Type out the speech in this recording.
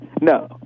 No